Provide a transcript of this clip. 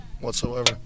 whatsoever